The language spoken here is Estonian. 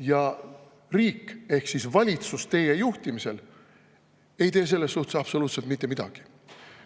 Ja riik ehk valitsus teie juhtimisel ei tee selles suhtes absoluutselt mitte midagi.